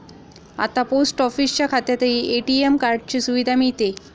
आता पोस्ट ऑफिसच्या खात्यातही ए.टी.एम कार्डाची सुविधा मिळते